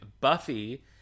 buffy